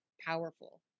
powerful